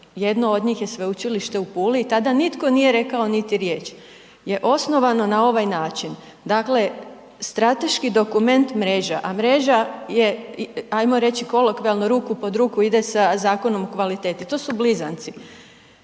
jedno od njih je Sveučilište u Puli i tada nitko nije rekao niti riječ, je osnovano na ovaj način. Dakle, strateški dokument mreža, a mreža je ajmo reći kolokvijalno ruku pod ruku ide sa Zakonom o kvaliteti, to su blizanci.